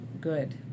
good